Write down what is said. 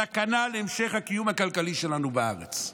סכנה להמשך הקיום הכלכלי שלנו בארץ.